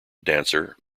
dancer